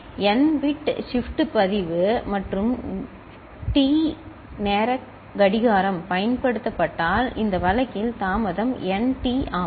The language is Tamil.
N பிட் ஷிப்ட் பதிவு மற்றும் டி நேரக் கடிகாரம் பயன்படுத்தப்பட்டால் இந்த வழக்கில் இந்த தாமதம் nT ஆகும்